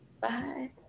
Bye